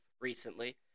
recently